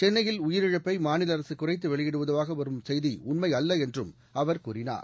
சென்னையில் உயிரிழப்பை மாநில அரசு குறைத்து வெளியிடுவதாக வரும் செய்தி உண்மையல்ல என்றும் அவர் கூறினார்